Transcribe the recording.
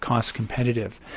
cost-competitive.